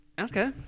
Okay